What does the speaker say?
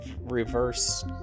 reverse